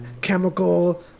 chemical